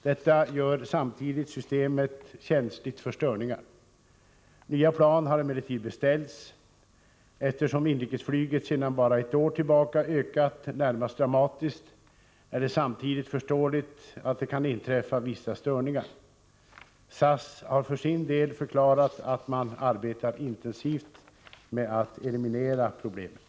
Detta gör samtidigt systemet känsligt för störningar. Nya plan har emellertid beställts. Eftersom inrikesflyget sedan bara ett år tillbaka ökat närmast dramatiskt är det förståeligt att det kan inträffa vissa störningar. SAS har för sin del förklarat att man arbetar intensivt med att eliminera problemen.